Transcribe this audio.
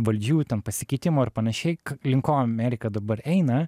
valdžių pasikeitimo ir panašiai link ko amerika dabar eina